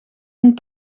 een